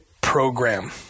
program